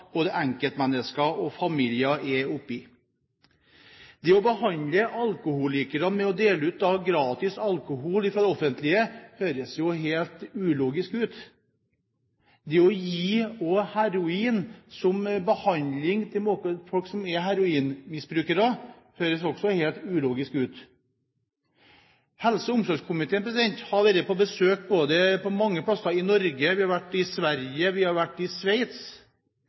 Det å behandle alkoholikere med å dele ut gratis alkohol fra det offentlige høres helt ulogisk ut, og det å gi heroin som behandling til folk som er heroinmisbrukere, høres også helt ulogisk ut. Helse- og omsorgskomiteen har vært på besøk på mange steder i Norge. Vi har vært i Sverige, og vi var i Sveits